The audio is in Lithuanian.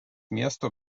miestų